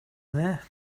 there